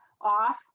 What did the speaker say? off